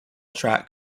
track